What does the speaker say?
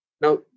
Now